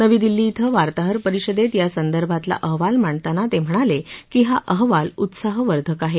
नवी दिल्ली इथं वार्तांहर परिषदेत यासंदर्भातला अहवाल मांडताना ते म्हणाले की हा अहवाल उत्साहवर्धक आहे